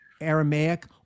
Aramaic